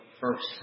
first